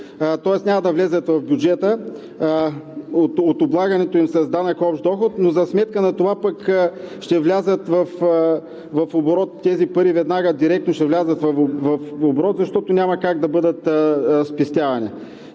тоест няма да влязат в бюджета от облагането им с данък общ доход, но за сметка на това пък ще влязат в оборот тези пари веднага, директно ще влязат в оборот, защото няма как да бъдат спестявани.